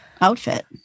outfit